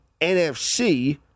NFC